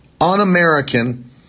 un-American